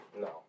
No